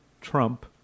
Trump